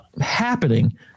happening –